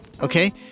Okay